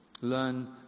Learn